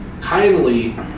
kindly